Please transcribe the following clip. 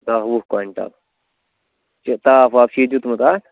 دَہ وُہ کوینٛٹَل ژےٚ چھُیا تاپھ واپھ دیُتمُت اَتھ